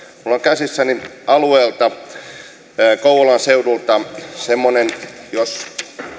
minulla on käsissäni kouvolan seudulta semmoinen että jos